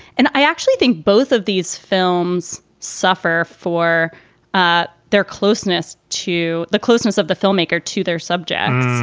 and i actually think both of these films suffer for ah their closeness to the closeness of the filmmaker, to their subjects.